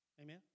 Amen